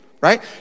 right